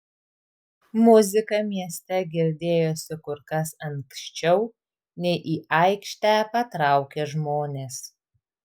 muzika mieste girdėjosi kur kas anksčiau nei į aikštę patraukė žmonės